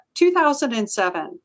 2007